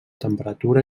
temperatura